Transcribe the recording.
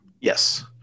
Yes